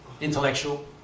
Intellectual